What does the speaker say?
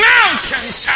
Mountains